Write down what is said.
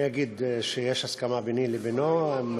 אני אגיד שיש הסכמה ביני לבינו.